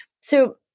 So-